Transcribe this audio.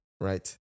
right